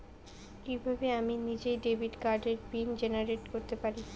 কিভাবে আমি নিজেই ডেবিট কার্ডের পিন জেনারেট করতে পারি?